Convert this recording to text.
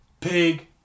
Pig